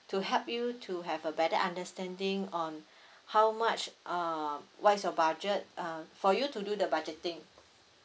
to help you to have a better understanding on how much ah what is your budget uh for you to do the budgeting